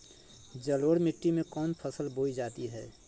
जलोढ़ मिट्टी में कौन फसल बोई जाती हैं?